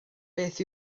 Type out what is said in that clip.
beth